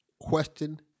Question